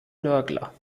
nörgler